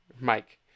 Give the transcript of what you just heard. Mike